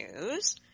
news